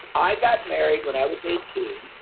i got married when i was eighteen.